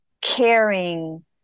caring